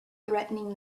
threatening